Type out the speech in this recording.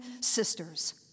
sisters